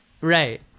Right